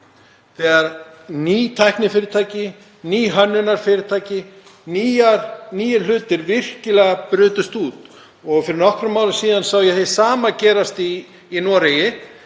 þegar ný tæknifyrirtæki, ný hönnunarfyrirtæki, nýir hlutir, virkilega brutust út. Fyrir nokkrum árum sá ég hið sama gerast í Noregi